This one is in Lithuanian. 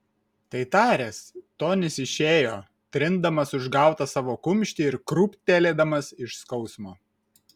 tai taręs tonis išėjo trindamas užgautą savo kumštį ir krūptelėdamas iš skausmo